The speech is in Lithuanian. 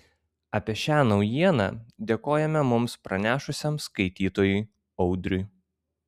apie šią naujieną dėkojame mums pranešusiam skaitytojui audriui